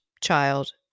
child